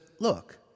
look